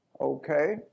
Okay